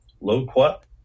loquat